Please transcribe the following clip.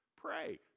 Pray